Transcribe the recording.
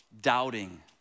doubting